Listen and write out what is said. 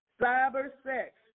cyber-sex